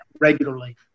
regularly